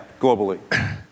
globally